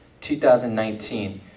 2019